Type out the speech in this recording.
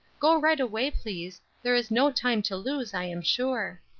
go right away, please there is no time to lose i am sure.